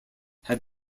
have